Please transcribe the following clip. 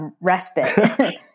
respite